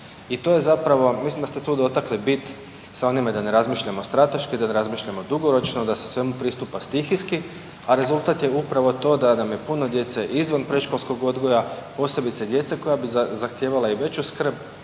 dovoljno. Mislim da ste tu dotakli bit sa onime da ne razmišljamo strateški, da ne razmišljamo dugoročno, da se svemu pristupa stihijski, a rezultat je upravo to da nam je puno djece izvan predškolskog odgoja, posebice djece koja bi zahtijevala i veću skrb